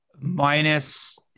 Minus